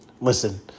Listen